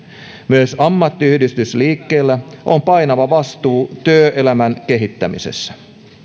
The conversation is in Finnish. myös ammattiyhdistysliikkeellä on painava vastuu työelämän kehittämisessä